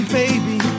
baby